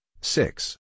six